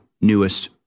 newest